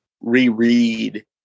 reread